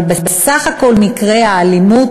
אבל בסך כל מקרי האלימות,